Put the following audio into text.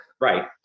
Right